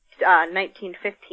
1915